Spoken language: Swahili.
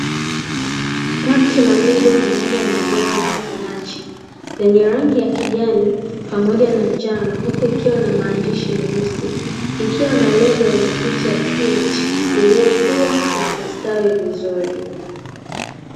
Pakiti ya mbegu za mboga ya majani ya spinachi yenye rangi ya kijani pamoja na njano huku ikiwa na maandishi meusi ikiwa na lebo yenye picha ya spinachi iliyokua na kustawi vizuri.